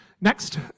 Next